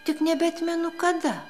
tik nebeatmenu kada